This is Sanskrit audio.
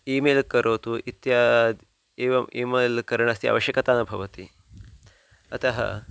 ईमेल् करोतु इत्याद् एवम् इमेल् करणस्य आवश्यकता न भवति अतः